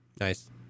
Nice